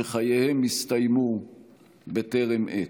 שחייהם הסתיימו בטרם עת.